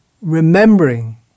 remembering